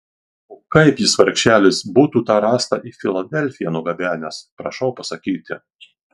o kaip jis vargšelis būtų tą rąstą į filadelfiją nugabenęs prašau pasakyti